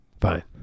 Fine